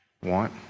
want